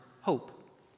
hope